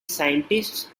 scientists